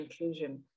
inclusion